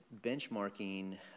benchmarking